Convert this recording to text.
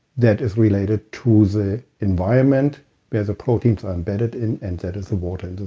that is related to the environment where the proteins are embedded and and that is the water and and